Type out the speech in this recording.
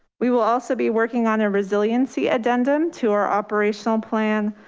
we will also be working on a resiliency addendum to our operational plan.